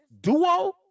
duo